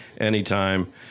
anytime